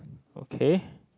okay